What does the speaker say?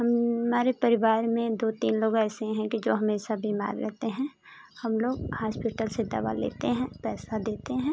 हमारे परिवार में दो तीन लोग ऐसे हैं कि जो हमेशा बीमार रहते हैं हम लोग हास्पिटल से दवा लेते हैं पैसा देते हैं